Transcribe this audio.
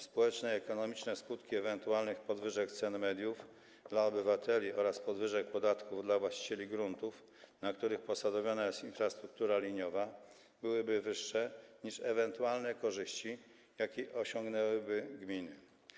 Społeczne i ekonomiczne skutki ewentualnych podwyżek cen mediów dla obywateli oraz podwyżek podatków dla właścicieli gruntów, na których posadowiona jest infrastruktura liniowa, byłyby wyższe niż ewentualne korzyści, jakie osiągnęłyby gminy.